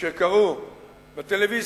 אשר קראו אמש